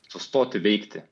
sustoti veikti